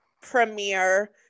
premiere